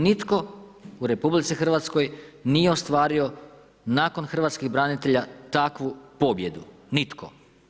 Nitko u RH nije ostvario nakon Hrvatskih branitelja takvu pobjedu, nitko.